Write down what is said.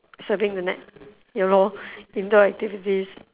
surfing the net ya lor indoor activities